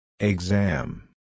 Exam